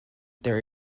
there